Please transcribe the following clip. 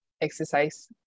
exercise